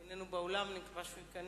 הוא איננו באולם, אני מקווה שהוא ייכנס.